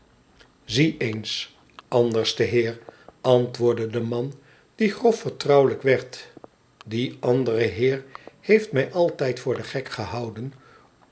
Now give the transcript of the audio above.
zie eens anderste heer antwoordde de man die grof vertrouwelijk werd die andere heer heeft mij altijd voor den gek gehouden